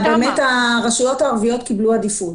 הרשויות הערביות קיבלו עדיפות.